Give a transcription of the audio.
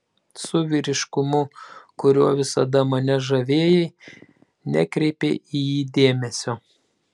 su vyriškumu kuriuo visada mane žavėjai nekreipei į jį dėmesio